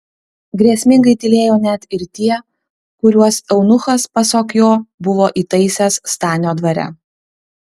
grėsmingai tylėjo net ir tie kuriuos eunuchas pasak jo buvo įtaisęs stanio dvare